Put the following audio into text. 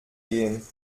gehen